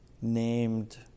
named